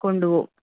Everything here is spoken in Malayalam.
കൊണ്ട് പോവും